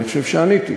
אני חושב שעניתי.